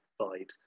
vibes